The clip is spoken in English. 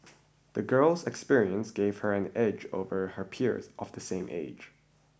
the girl's experiences gave her an edge over her peers of the same age